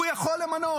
הוא יכול למנות?